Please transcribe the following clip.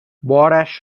بارش